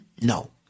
no